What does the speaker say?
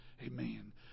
Amen